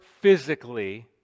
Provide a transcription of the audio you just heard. physically